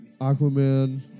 Aquaman